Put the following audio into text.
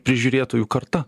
prižiūrėtojų karta